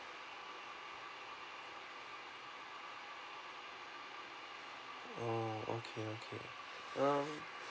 oh okay okay um